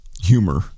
humor